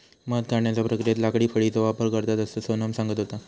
मध काढण्याच्या प्रक्रियेत लाकडी फळीचो वापर करतत, असा सोनम सांगत होता